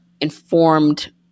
informed